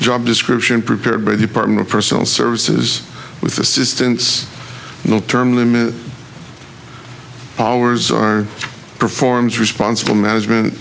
job description prepared by department of personal services with assistance no term limit powers are performs responsible management